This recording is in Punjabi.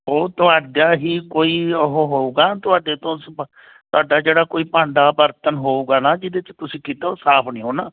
ਉਹ ਤੁਹਾਡਾ ਹੀ ਕੋਈ ਉਹ ਹੋਵੇਗਾ ਤੁਹਾਡੇ ਤੋਂ ਸਫ ਤੁਹਾਡਾ ਜਿਹੜਾ ਕੋਈ ਭਾਂਡਾ ਬਰਤਨ ਹੋਵੇਗਾ ਨਾ ਜਿਹਦੇ 'ਚ ਤੁਸੀਂ ਕੀਤਾ ਉਹ ਸਾਫ਼ ਨਹੀਂ ਹੋਣਾ